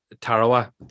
Tarawa